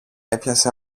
έπιασε